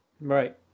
right